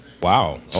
Wow